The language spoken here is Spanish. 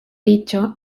dicho